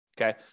Okay